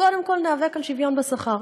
קודם כול ניאבק על השוויון בשכר.